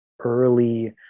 early